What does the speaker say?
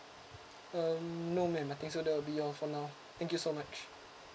um no ma'am I think so that will be all for now thank you so much